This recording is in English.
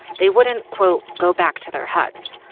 they wouldn't, quote, go back to their huts.